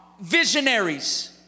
visionaries